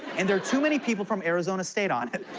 and they're too many people from arizona state on it.